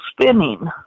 spinning